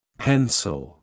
pencil